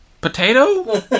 Potato